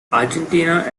argentina